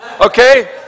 okay